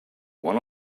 one